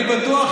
אני לא מאמין.